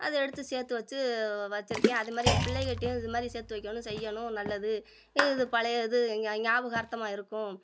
அது எடுத்து சேர்த்து வச்சு வ வச்சுருக்கேன் அது மாதிரி என் பிள்ளைகள்கிட்டையும் இது மாதிரி சேர்த்து வைக்கணும் செய்யணும் நல்லது இது பழைய இது ஞா ஞாபகார்த்தமாக இருக்கும்